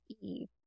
Eve